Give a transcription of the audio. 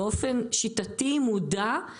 באופן שיטתי ומודע.